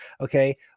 okay